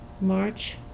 March